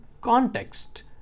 context